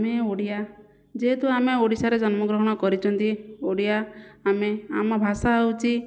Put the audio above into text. ଆମେ ଓଡ଼ିଆ ଯେହେତୁ ଆମେ ଓଡ଼ିଶାରେ ଜନ୍ମ ଗ୍ରହଣ କରିଛନ୍ତି ଓଡ଼ିଆ ଆମେ ଆମ ଭାଷା ହେଉଛି